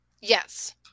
Yes